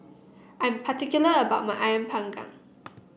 I'm particular about my ayam Panggang